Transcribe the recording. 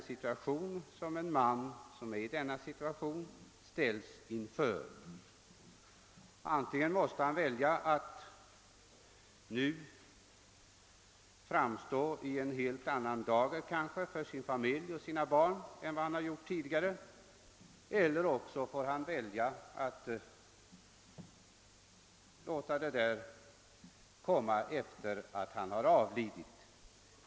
Man kan tänka sig in i den situation som en sådan man råkar i. Han måste välja mellan att nu framstå i en helt annan dager för sin familj och sina barn än han har gjort tidigare eller att låta det komma fram först sedan han avlidit.